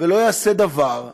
ולא יעשה דבר,